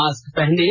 mask पहनें